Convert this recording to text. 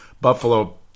Buffalo